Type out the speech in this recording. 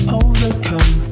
overcome